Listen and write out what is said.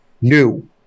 new